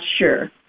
sure